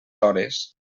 hores